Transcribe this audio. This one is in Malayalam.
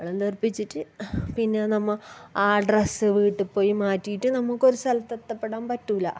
വെള്ളം തെറിപ്പിച്ചിട്ട് പിന്നെ നമ്മൾ ആ ഡ്രസ്സ് വീട്ടിൽ പോയി മാറ്റിയിട്ട് നമുക്കൊരു സ്ഥലത്തെത്തപ്പെടാൻ പറ്റില്ല